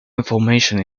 information